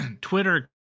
twitter